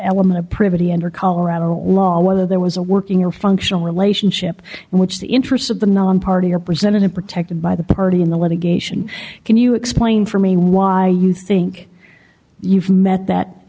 under colorado law whether there was a working or functional relationship in which the interests of the nonparty are presented and protected by the party in the litigation can you explain for me why you think you've met that